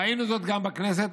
ראינו זאת גם בכנסת,